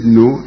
no